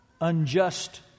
unjust